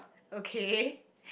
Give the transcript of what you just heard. okay